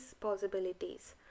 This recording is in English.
possibilities